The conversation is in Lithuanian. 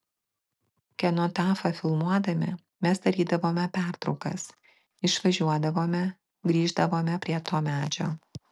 kenotafą filmuodami mes darydavome pertraukas išvažiuodavome grįždavome prie to medžio